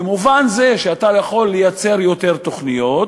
במובן זה שאתה יכול לייצר יותר תוכניות,